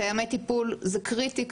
מתאמי טיפול זה קריטי.